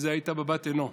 שהייתה בבת עינו,